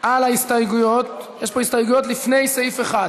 על ההסתייגויות של חברי הכנסת איימן